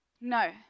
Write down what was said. No